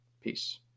Peace